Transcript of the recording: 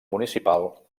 municipal